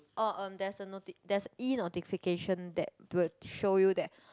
orh um there's a noti~ that's E notification that would show you that